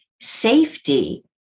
safety